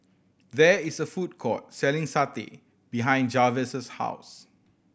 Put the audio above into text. there is a food court selling satay behind Jarvis' house